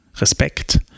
respect